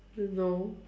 no